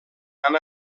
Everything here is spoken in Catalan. han